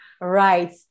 Right